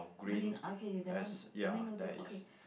green okay that one that mean no diff okay